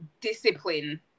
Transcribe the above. discipline